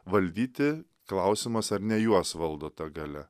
valdyti klausimas ar ne juos valdo ta galia